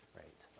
right,